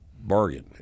bargain